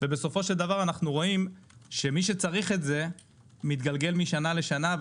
אנחנו רואים שמי שצריך את זה מתגלגל משנה לשנה,